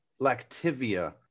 Lactivia